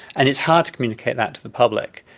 and it's hard to communicate that to the public.